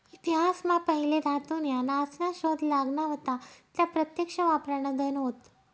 इतिहास मा पहिले धातू न्या नासना शोध लागना व्हता त्या प्रत्यक्ष वापरान धन होत